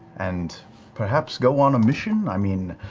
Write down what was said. and perhaps go on a mission? i mean,